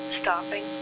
stopping